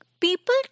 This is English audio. people